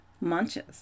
munches